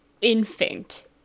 infant